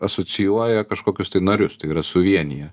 asocijuoja kažkokius tai narius tai yra suvienija